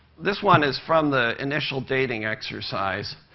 this one is from the initial dating exercise.